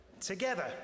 Together